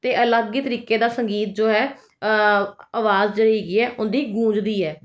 ਅਤੇ ਅਲੱਗ ਹੀ ਤਰੀਕੇ ਦਾ ਸੰਗੀਤ ਜੋ ਹੈ ਆਵਾਜ਼ ਜੋ ਹੈਗੀ ਹੈ ਉਹਦੀ ਗੂੰਜਦੀ ਹੈ